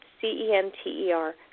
C-E-N-T-E-R